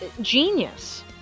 Genius